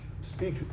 speak